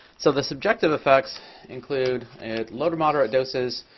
so the subjective effects include, at low to moderate doses,